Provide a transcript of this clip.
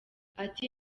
ati